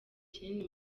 kinini